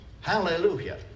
hallelujah